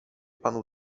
panu